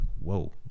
whoa